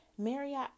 Marriott